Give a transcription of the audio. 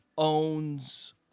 owns